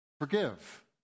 forgive